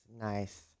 Nice